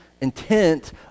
intent